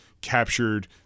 captured